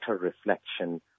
reflection